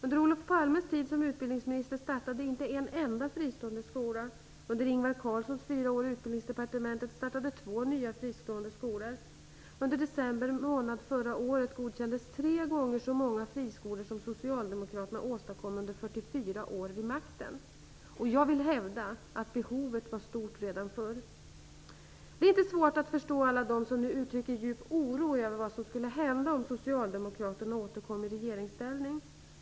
Under Olof Palmes tid som utbildningsminister startade inte en enda fristående skola. Under Ingvar Carlssons fyra år i Utbildningsdepartementet startade två nya fristående skolor. Under december månad förra året godkändes tre gånger så många friskolor som socialdemokraterna åstadkom under 44 år vid makten. Jag vill hävda att behovet var stort redan tidigare. Det är inte svårt att förstå alla dem som nu uttrycker djup oro över vad som skulle hända om socialdemokraterna skulle återkomma i regeringsställning.